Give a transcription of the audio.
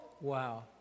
Wow